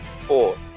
Four